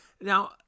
Now